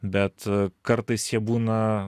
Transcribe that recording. bet kartais jie būna